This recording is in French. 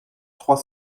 trois